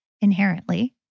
inherently